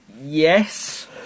Yes